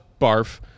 barf